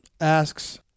Asks